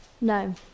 No